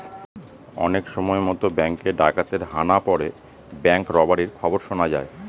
অনেক সময়তো ব্যাঙ্কে ডাকাতের হানা পড়ে ব্যাঙ্ক রবারির খবর শোনা যায়